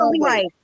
right